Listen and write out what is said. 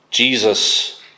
Jesus